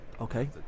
Okay